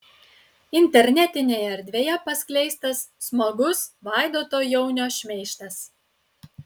internetinėje erdvėje paskleistas smagus vaidoto jaunio šmeižtas